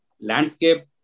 landscape